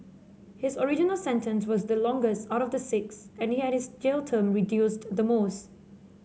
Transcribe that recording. his original sentence was the longest out of the six and he had his jail term reduced the most